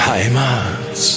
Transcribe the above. Heimat